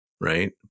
Right